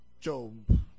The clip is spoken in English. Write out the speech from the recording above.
Job